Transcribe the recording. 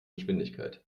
geschwindigkeiten